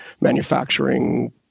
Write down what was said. manufacturing